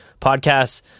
podcasts